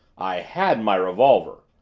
i had my revolver.